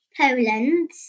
Poland